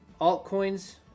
Altcoins